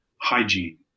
hygiene